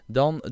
dan